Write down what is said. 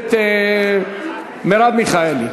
הכנסת מרב מיכאלי.